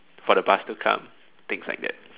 for the bus to come things like that